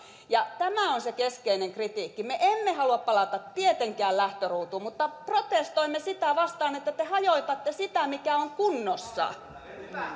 ja tämä on se keskeinen kritiikki me emme tietenkään halua palata lähtöruutuun mutta protestoimme sitä vastaan että te hajotatte sitä mikä on kunnossa